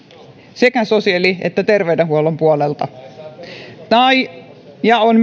sekä sosiaali että terveydenhuollon puolelta ja on